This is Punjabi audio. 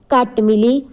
ਘੱਟ ਮਿਲੀ